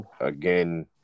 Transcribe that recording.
again